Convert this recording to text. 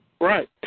Right